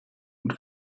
und